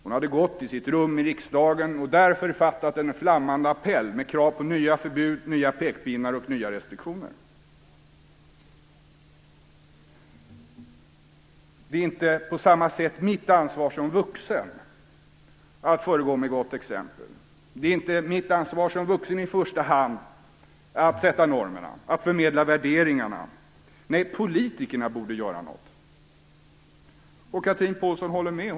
Hon hade gått till sitt rum i riksdagen och där författat en flammande appell med krav på nya förbud, nya pekpinnar och nya restriktioner. Det är inte på samma sätt mitt ansvar som vuxen att föregå med gott exempel. Det är inte mitt ansvar som vuxen att i första hand sätta normerna, att förmedla värderingarna. Nej, politikerna borde göra något. Chatrine Pålsson håller med.